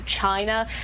China